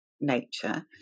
nature